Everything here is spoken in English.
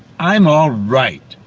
i'm alright.